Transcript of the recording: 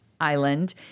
Island